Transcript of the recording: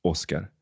Oscar